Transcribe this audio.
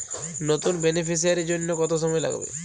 নতুন বেনিফিসিয়ারি জন্য কত সময় লাগবে?